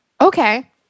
Okay